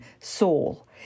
Saul